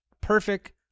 perfect